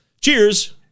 Cheers